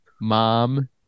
mom